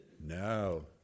No